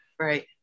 right